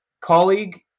colleague